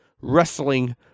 wrestling